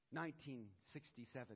1967